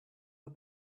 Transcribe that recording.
the